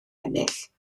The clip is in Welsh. ennill